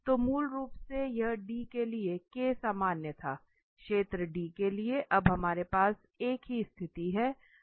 तो मूल रूप से यह D के लिए सामान्य था क्षेत्र D के लिए अब हमारे पास एक ही स्थिति है